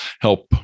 help